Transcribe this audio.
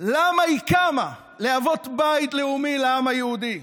למה היא קמה, להוות לבית לאומי לעם היהודי.